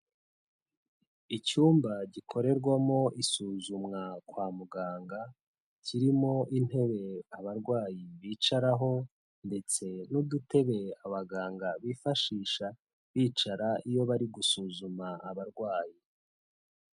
Icyumba gikorerwamo isuzumwa kwa muganga kirimo intebe abarwayi bicaraho ndetse n'udutebe abaganga bifashisha bicara iyo bari gusuzuma abarwayi.